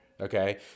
Okay